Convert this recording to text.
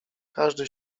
każdy